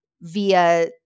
via